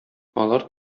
алар